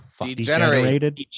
degenerated